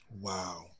wow